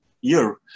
year